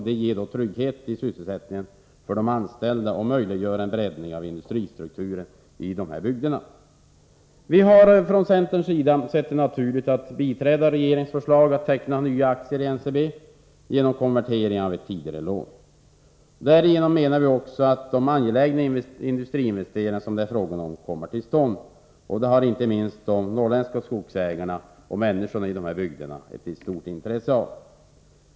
Det ger trygghet i sysselsättningen för de anställda och möjliggör en breddning av industristrukturen i dessa bygder. Vi har från centerns sida sett det naturligt att biträda regeringens förslag att göra det möjligt att teckna nya aktier i NCB genom konvertering av ett tidigare lån. Därigenom kan också de angelägna industriinvesteringar som det är fråga om komma till stånd, och det har inte minst de norrländska skogsägarna och människorna i de här bygderna ett stort intresse av.